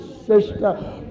sister